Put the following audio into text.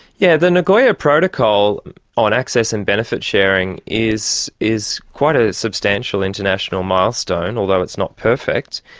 yeah the nagoya protocol on access and benefit sharing is is quite a substantial international milestone, although it's not perfect.